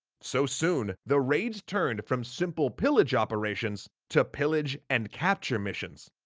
so soon, the raids turned from simple pillage operations to pillage and capture-missions.